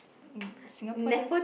mm Singapore just